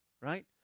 right